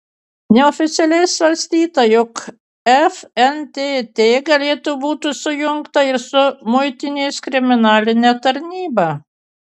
neoficialiai svarstyta jog fntt galėtų būti sujungta ir su muitinės kriminaline tarnyba